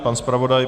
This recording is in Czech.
Pan zpravodaj.